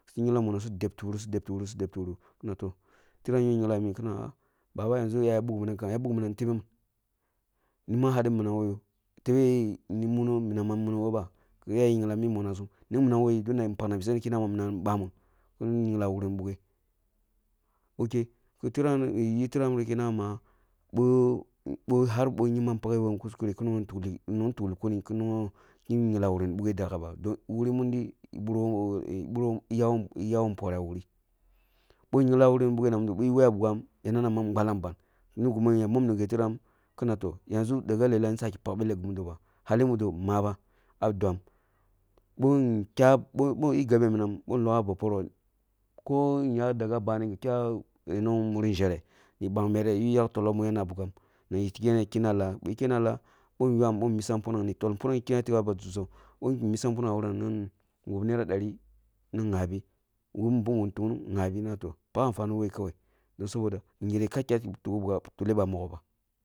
Su ngyungla muruk su debti wuru sudebti wuru sudebti wuru kina toh, tiram yer ngyingla mi kina ah baba ah yer buk minam ya buk miam kam ni tebe man? Ni man hadi minam who yoh? Tebe yi ni munoh minam ni munoh ba bah? Ki ya yer ngyingla ah mi monam sumitunda eh paknabi sereng kuma minam ni bamun kin ngyingla wuri ni bugho. Okhe, ki tiram ri yi turamri ki nabam mah boh boh har boh kyembam paghe bam kuskure kun nugho ngyingla wuri ni bughe ni daga don wure mundi birabo who birabo who eh ya who eh yawa npori ah wuri bin ngyinglam ah wuri ni bughe no mido bi wah bugham ya nana ma gbalam ban, ni gimi ya mom nunge tiram kina toh, yanʒu daga lealh ehn saki pak baleh po mudo batebe bali mudo mabe ah dwam. Bohu yi gabe minam bohn boh boh ligha ba poroh ko ya daga bani go kya muni nʒerehm ni mbang meri ni yu yak toloh nya bugham niyi tighe kenna lah bwoi kenna lah bon ywam bon misam mufunang ni tol mufunang niyi kene tikbam ah ba dusoh bon misam mufunana ah waram nan wup naira dari nan ghabi nan wuo bungum tungnung na toh, pak anfani woyi kawai don saboda yire ka da tuku toleh ba mogho ba.